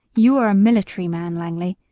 you are a military man, langley,